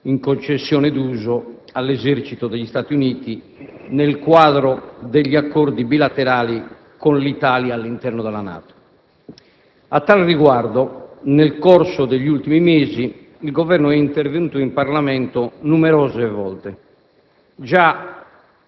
in concessione d'uso all'esercito degli Stati Uniti nel quadro degli accordi bilaterali con l'Italia all'interno della NATO. A tal riguardo, nel corso degli ultimi mesi il Governo è intervenuto in Parlamento numerose volte.